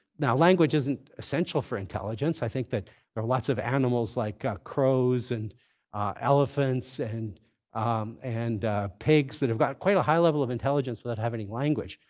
now language isn't essential for intelligence. i think that there are lots of animals like crows and elephants and and pigs that have got quite a high level of intelligence without having any language.